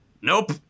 Nope